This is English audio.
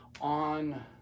on